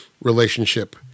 relationship